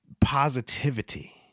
positivity